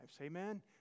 Amen